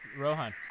Rohan